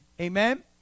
amen